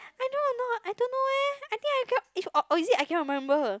I do not know I don't know eh I think I got if or is it I cannot remember